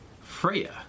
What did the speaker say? Freya